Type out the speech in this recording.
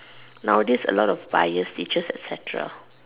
nowadays a lot of bias teachers etcetera